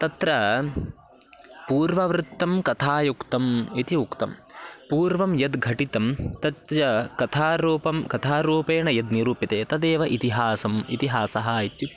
तत्र पूर्ववृत्तं कथायुक्तम् इति उक्तं पूर्वं यद् घटितं तच्च कथारूपं कथारूपेण यद् निरूप्यते तदेव इतिहासः इतिहासः इत्युच्यते